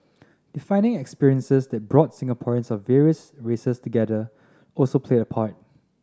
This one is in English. defining experiences that brought Singaporeans of various races together also played a part